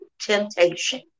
temptation